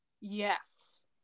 Yes